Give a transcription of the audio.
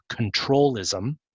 controlism